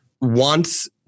wants